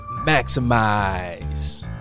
maximize